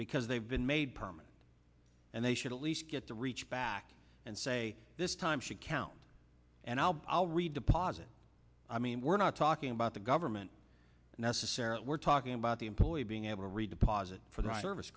because they've been made permanent and they should at least get the reach back and say this time should count and i'll read deposit i mean we're not talking about the government necessarily we're talking about the employee being able redeposit for the right service